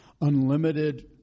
unlimited